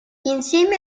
insieme